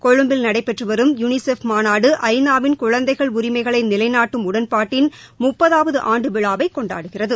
கொழும்பில் நடைபெற்று வரும் யுனிகெஃப் மாநாடு ஐநாவின் குழந்தைகள் உரிமைகளை நிலைநாட்டும் உடன்பாட்டின் முப்பதாவது ஆண்டு விழாவை கொண்டாடுகிறது